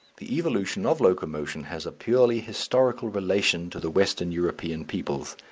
the evolution of locomotion has a purely historical relation to the western european peoples.